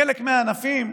בחלק מהענפים,